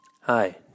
Hi